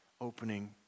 opening